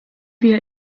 wir